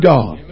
God